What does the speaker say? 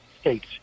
states